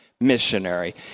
Missionary